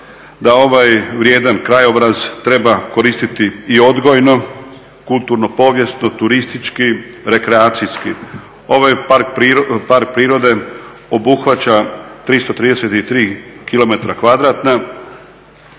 da ovaj vrijedan krajobraz treba koristiti i odgojno, kulturno-povijesno, turistički, rekreacijski. Ovaj park prirode obuhvaća 333 km